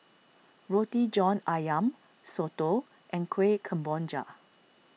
Roti John Ayam Soto and Kueh Kemboja